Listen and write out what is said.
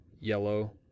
yellow